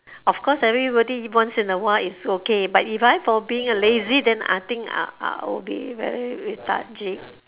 of course everybody once in a while is okay but if I for being lazy then I think I I will be very lethargic